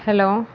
hello